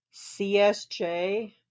CSJ